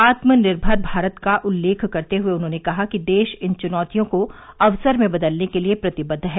आत्मनिर्भर भारत का उल्लेख करते हुए उन्होंने कहा कि देश इन चुनौतियों को अवसर में बदलने के लिए प्रतिबद्ध है